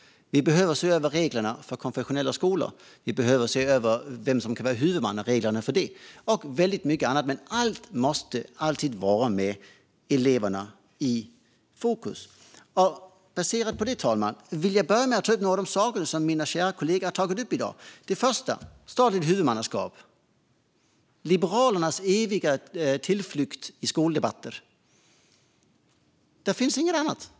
Vi behöver se över reglerna för konfessionella skolor, vi behöver se över vem som kan vara huvudman och reglerna för det och väldigt mycket annat. Men allt måste alltid vara med eleverna i fokus. Fru talman! Baserat på detta vill jag ta upp några av de saker som mina kära kollegor har tagit upp i dag. Den första är statligt huvudmannaskap - Liberalernas eviga tillflykt i skoldebatter. Det finns inget annat.